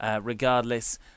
regardless